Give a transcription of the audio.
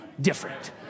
different